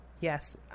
yes